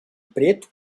preto